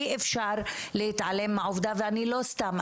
אי אפשר להתעלם מהעובדה ואני לא סתם,